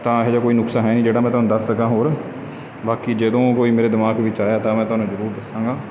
ਤਾਂ ਇਹੋ ਜਿਹਾ ਕੋਈ ਨੁਸਖਾ ਹੈ ਨਹੀਂ ਜਿਹੜਾ ਮੈਂ ਤੁਹਾਨੂੰ ਦੱਸ ਸਕਾਂ ਹੋਰ ਬਾਕੀ ਜਦੋਂ ਕੋਈ ਮੇਰੇ ਦਿਮਾਗ ਵਿੱਚ ਆਇਆ ਤਾਂ ਮੈਂ ਤੁਹਾਨੂੰ ਜ਼ਰੂਰ ਦੱਸਾਂਗਾ